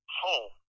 home